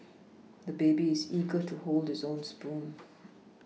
the baby is eager to hold his own spoon